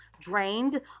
drained